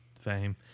fame